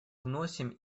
вносим